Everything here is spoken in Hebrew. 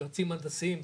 יועצים הנדסאים,